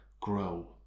grow